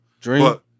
Dream